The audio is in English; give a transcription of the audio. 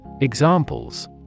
Examples